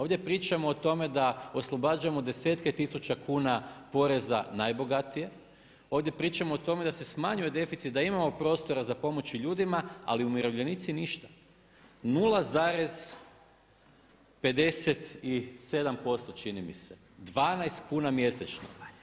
Ovdje pričamo o tome da oslobađamo desetke tisuća kuna poreza za najbogatije, ovdje pričamo o tome da se smanjuje deficit, da imamo prostora za pomoći ljudima ali umirovljenici ništa, 0,57% čini mi se, 12 kuna mjesečno.